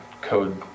code